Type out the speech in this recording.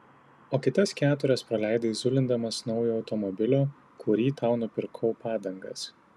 o kitas keturias praleidai zulindamas naujo automobilio kurį tau nupirkau padangas